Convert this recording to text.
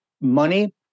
money